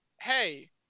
hey